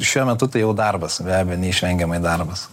šiuo metu tai jau darbas be abejo neišvengiamai darbas